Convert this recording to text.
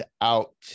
out